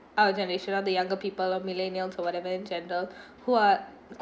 our generation or the younger people or millennials or whatever in general who are